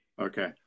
Okay